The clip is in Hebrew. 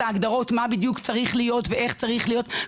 ההגדרות מה בדיוק צריך להיות ואיך צריך להיות.